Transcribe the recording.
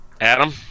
Adam